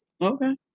Okay